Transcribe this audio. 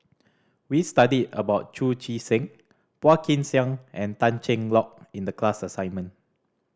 we studied about Chu Chee Seng Phua Kin Siang and Tan Cheng Lock in the class assignment